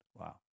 Wow